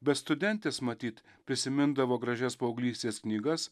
bet studentės matyt prisimindavo gražias paauglystės knygas